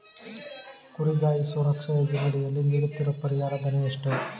ಕುರಿಗಾಹಿ ಸುರಕ್ಷಾ ಯೋಜನೆಯಡಿ ನೀಡುತ್ತಿರುವ ಪರಿಹಾರ ಧನ ಎಷ್ಟು?